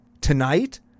tonight